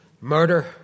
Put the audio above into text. Murder